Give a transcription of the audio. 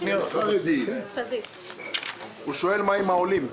הוא שואל מה עם העולים.